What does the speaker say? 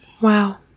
Wow